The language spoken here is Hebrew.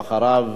ואחריו,